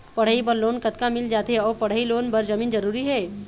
पढ़ई बर लोन कतका मिल जाथे अऊ पढ़ई लोन बर जमीन जरूरी हे?